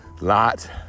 lot